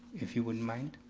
if you wouldn't mind.